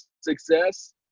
success